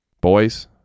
Boys